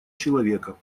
человека